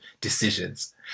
decisions